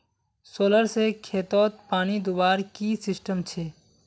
Solar से खेतोत पानी दुबार की सिस्टम छे?